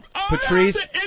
Patrice